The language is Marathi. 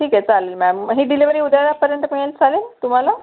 ठीक आहे चालेल मॅम मग ही डिलेव्हरी उद्यापर्यंत मिळेल चालेल तुम्हाला